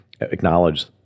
acknowledge